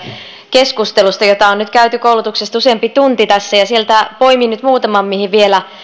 keskustelusta jota on nyt käyty koulutuksesta tässä useampi tunti ja sieltä poimin nyt muutaman mihin vielä